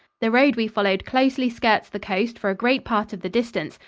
the road we followed closely skirts the coast for a great part of the distance,